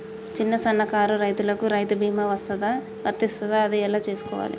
చిన్న సన్నకారు రైతులకు రైతు బీమా వర్తిస్తదా అది ఎలా తెలుసుకోవాలి?